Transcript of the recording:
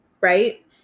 right